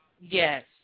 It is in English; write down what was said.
Yes